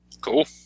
Cool